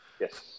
Yes